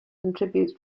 contributes